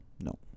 no